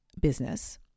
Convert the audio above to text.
business